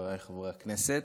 חבריי חברי הכנסת,